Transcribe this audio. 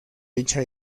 dicha